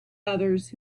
others